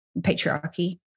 patriarchy